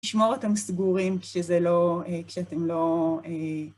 לשמור את המסגורים כשאתם לא...